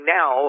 now